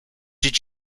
did